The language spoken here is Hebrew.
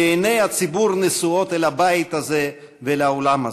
כי עיני הציבור נשואות אל הבית הזה ואל האולם הזה.